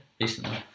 recently